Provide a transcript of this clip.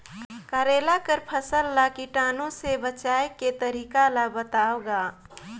करेला कर फसल ल कीटाणु से बचाय के तरीका ला बताव ग?